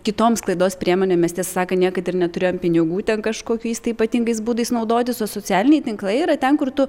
kitom sklaidos priemonėm mes tiesą sakant niekad ir neturėjom pinigų ten kažkokiais ti ypatingais būdais naudotis o socialiniai tinklai yra ten kur tu